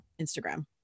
Instagram